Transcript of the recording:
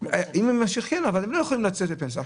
הן ממשיכות אבל הן לא יכולות לצאת לפנסיה.